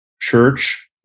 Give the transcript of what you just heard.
church